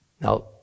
Now